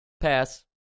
Pass